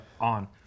on